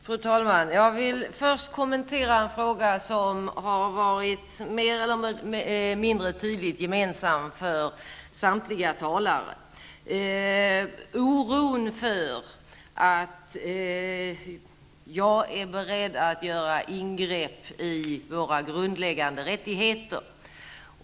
Fru talman! Jag vill första kommentera en fråga som har varit mer eller mindre tydligt gemensam för samtliga talare, nämligen oron för att jag är beredd att göra ingrepp i våra grundläggande rättigheter.